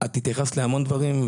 התייחסת להמון דברים.